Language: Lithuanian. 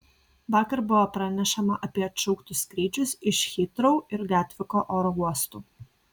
vakar buvo pranešama apie atšauktus skrydžius iš hitrou ir gatviko oro uostų